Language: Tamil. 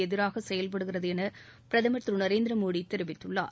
எதிராக செயல்படுகிறது என பிரதமர் திரு நரேந்திர மோடி தெரிவித்துள்ளார்